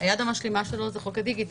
היד המשלימה שלו זה חוק הדיגיטל.